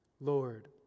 Lord